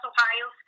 Ohio